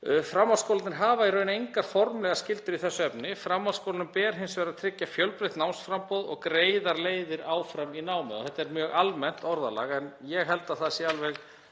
Framhaldsskólarnir hafa í raun engar formlegar skyldur í þessu efni. Framhaldsskólanum ber hins vegar að tryggja fjölbreytt námsframboð og greiðar leiðir áfram í námi. Þetta er mjög almennt orðalag en ég held að það sé alveg